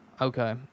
Okay